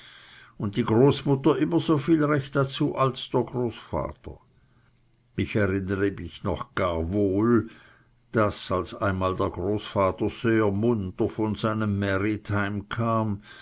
und die großmutter immer so viel recht dazu als der großvater ich erinnere mich noch gar wohl daß als einmal der großvater sehr munter von einem märit heim kam